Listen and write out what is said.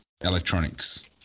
electronics